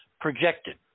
projected